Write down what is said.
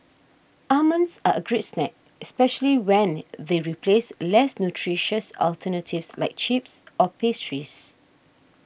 almonds are a great snack especially when they replace less nutritious alternatives like chips or pastries